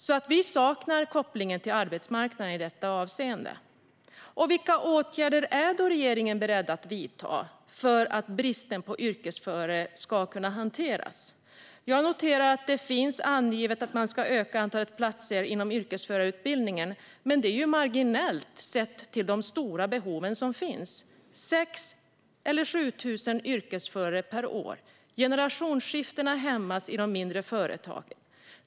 Vi saknar alltså kopplingen till arbetsmarknaden i detta avseende. Vilka åtgärder är regeringen beredd att vidta för att bristen på yrkesförare ska hanteras? Jag noterar att man anger att man ska öka antalet platser inom yrkesförarutbildningen, men det är marginellt sett till de stora behov som finns - 6 000-7 000 yrkesförare per år. Generationsskiften hämmas i de mindre företagen.